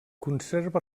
conserva